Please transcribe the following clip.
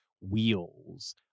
wheels